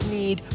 need